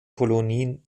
kolonien